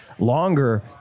longer